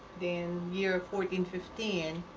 then year fourteen fifteen,